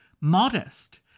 modest